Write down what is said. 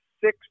six